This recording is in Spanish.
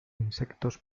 insectos